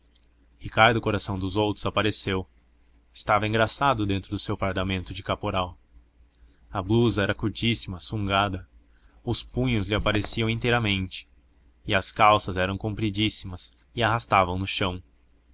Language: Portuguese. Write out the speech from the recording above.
ricardo coração dos outros apareceu estava engraçado dentro do seu fardamento de caporal a blusa era curtíssima sungada os punhos lhe apareciam inteiramente e as calças eram compridíssimas e arrastavam no chão